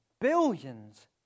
billions